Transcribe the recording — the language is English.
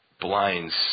blinds